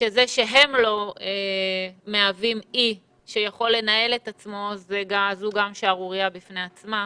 שזה שהם לא מהווים אי שיכול לנהל את עצמו זו גם שערורייה בפני עצמה.